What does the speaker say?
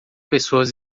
pessoas